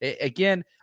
again